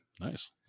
Nice